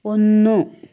ഒന്നു